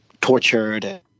tortured